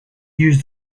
use